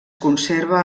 conserva